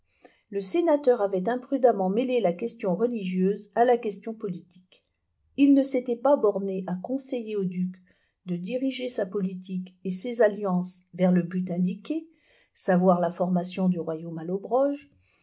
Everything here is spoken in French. le sénateur avait imprudemment mêlé la question religieuse à la question politique il ne s'était pas borné à conseiller au duc de diriger sa politique et ses alliances vers le but indiqué savoir la formation du royaume allobroge